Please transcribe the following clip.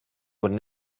would